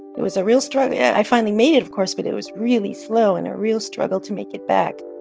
it was a real struggle. yeah. i finally made it, of course, but it it was really slow and a real struggle to make it back